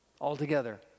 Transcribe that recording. altogether